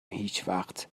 هیچوقت